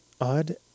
odd